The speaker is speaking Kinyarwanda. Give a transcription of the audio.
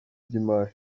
by’imari